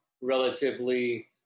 relatively